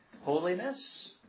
holiness